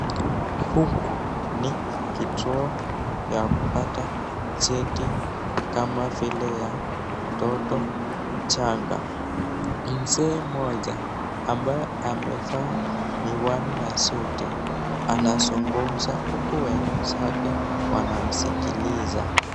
Huku ni kituo ya kupata cheti kama vile ya mtoto mchanga . Mzee mmoja ambaye amevaa miwani na suti anazungumza huku wenzake wanamsikiliza.